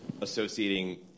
associating